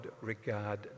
regard